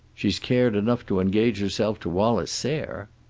she's cared enough to engage herself to wallace sayre!